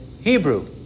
Hebrew